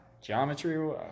Geometry